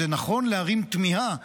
זה נכון להרים תמיהה,